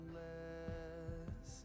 less